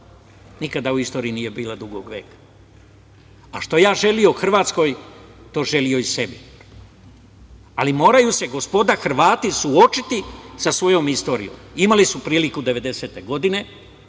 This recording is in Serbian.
nikada u istoriji nije bila dugog veka. A što ja želeo Hrvatskoj to želeo i sebi. Moraju se gospoda Hrvati suočiti sa svojom istorijom. Imali su priliku 90-te godine,